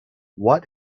what